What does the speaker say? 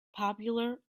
popular